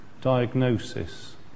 diagnosis